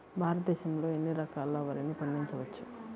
భారతదేశంలో ఎన్ని రకాల వరిని పండించవచ్చు